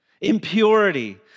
Impurity